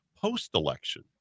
post-election